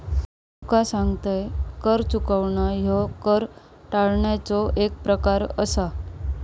तुका सांगतंय, कर चुकवणा ह्यो कर टाळण्याचो एक प्रकार आसा